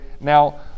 now